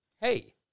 hey